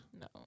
no